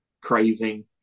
craving